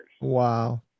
wow